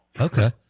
Okay